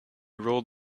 rolled